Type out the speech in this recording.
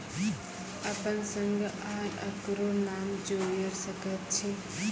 अपन संग आर ककरो नाम जोयर सकैत छी?